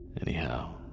Anyhow